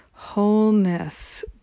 Wholeness